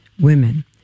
women